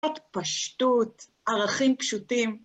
פשטות, ערכים פשוטים.